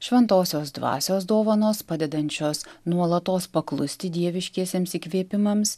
šventosios dvasios dovanos padedančios nuolatos paklusti dieviškiesiems įkvėpimams